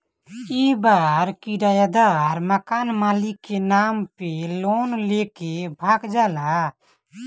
कई बार किरायदार मकान मालिक के नाम पे लोन लेके भाग जाला